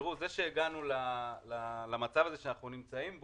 זה שהגענו למצב שבו אנחנו נמצאים,